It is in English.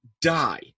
die